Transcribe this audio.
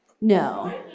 No